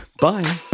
Bye